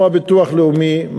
מבקשים לפחות לדחות את זה לדיונים על